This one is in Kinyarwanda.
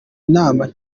inama